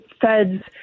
feds